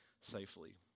safely